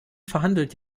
verhandelt